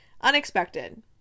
unexpected